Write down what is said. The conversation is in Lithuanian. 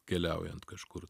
keliaujant kažkur